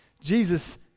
Jesus